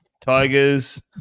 Tigers